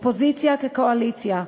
אופוזיציה כקואליציה,